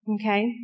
Okay